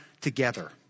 together